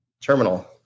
Terminal